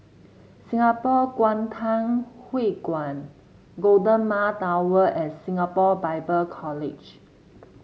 Singapore Kwangtung Hui Kuan Golden Mile Tower and Singapore Bible College